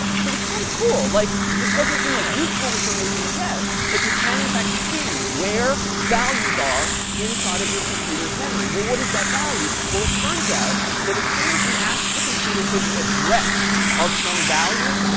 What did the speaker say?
so it's kind of cool. like this doesn't seem like useful information yet but you can in fact see where values are inside of your computer's memory. well, what is that value? well it turns out that as soon as you ask the computer for the address of some value,